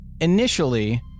initially